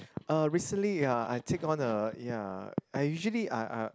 uh recently ya I take on a ya I usually uh uh